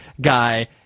guy